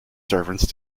servants